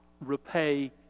repay